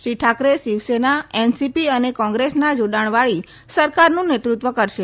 Shri Thackeray Shiv Sena NCP અને કોંગ્રેસના જોડાણવાળી સરકારનું નેતૃત્વ કરશે